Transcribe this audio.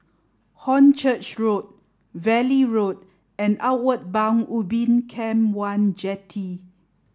Hornchurch Road Valley Road and Outward Bound Ubin Camp One Jetty